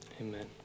Amen